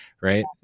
Right